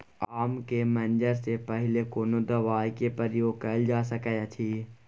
आम के मंजर से पहिले कोनो दवाई के प्रयोग कैल जा सकय अछि?